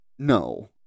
No